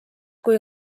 kui